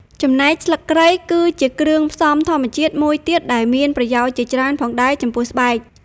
ចំណែកស្លឹកគ្រៃក៏ជាគ្រឿងផ្សំធម្មជាតិមួយទៀតដែលមានប្រយោជន៍ជាច្រើនផងដែរចំពោះស្បែក។